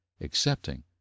accepting